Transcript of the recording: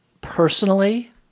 personally